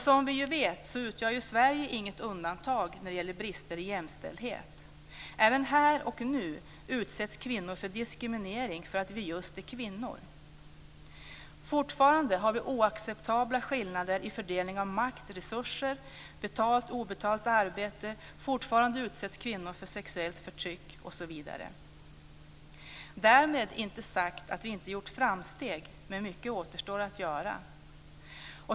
Som vi vet utgör Sverige inget undantag när det gäller brister i jämställdhet. Även här och nu utsätts kvinnor för diskriminering för att vi är just kvinnor. Fortfarande har vi oacceptabla skillnader i fördelning av makt, resurser, betalt arbete och obetalt arbete. Fortfarande utsätts kvinnor för sexuellt förtryck, osv. Därmed vill jag inte ha sagt att vi inte gjort framsteg, men mycket återstår att göra.